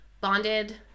bonded